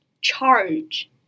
charge